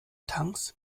tanks